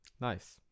Nice